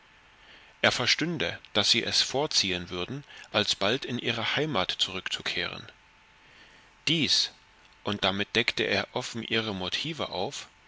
er verstünde daß sie es vorziehen würden alsbald in ihre heimat zurückzukehren dies und damit deckte er offen ihre motive auf